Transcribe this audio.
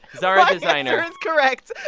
zara designer. is correct.